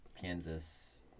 Kansas